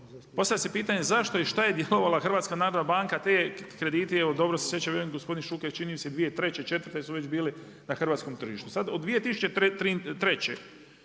Postavlja se pitanje zašto i šta je djelovala HNB te kredite evo dobro se sjećam … gospodin Šuker čini mi se 2003., četvrte su već bili na hrvatskom tržištu. Sad od 2003.